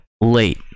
late